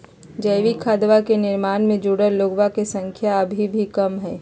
जैविक खदवा के निर्माण से जुड़ल लोगन के संख्या अभी भी कम हई